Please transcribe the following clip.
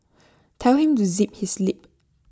tell him to zip his lip